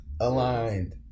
aligned